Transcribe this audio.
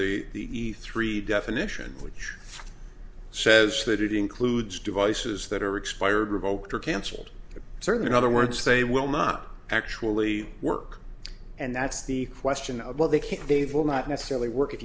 the ether three definition which says that it includes devices that are expired revoked or cancelled or certain in other words they will not actually work and that's the question of why they can't they've will not necessarily work if